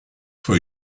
for